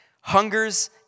hungers